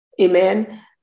Amen